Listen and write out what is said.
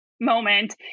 moment